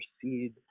proceed